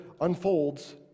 unfolds